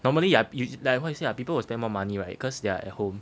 normally ah like what you say ah people will spend more money right cause they are at home